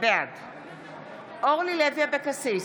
בעד אורלי לוי אבקסיס,